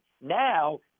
Now